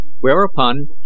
whereupon